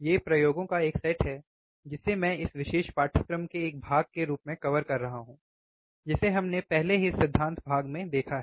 ये प्रयोगों का एक सेट है जिसे मैं इस विशेष पाठ्यक्रम के एक भाग के रूप में कवर कर रहा हूं जिसे हमने पहले ही सिद्धांत भाग में देखा है